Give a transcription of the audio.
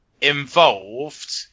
involved